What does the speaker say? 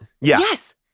yes